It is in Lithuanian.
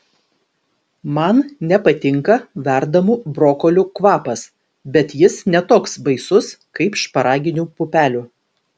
man nepatinka verdamų brokolių kvapas bet jis ne toks baisus kaip šparaginių pupelių